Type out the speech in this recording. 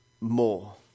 more